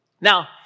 Now